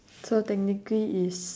so technically is